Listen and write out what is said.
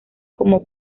como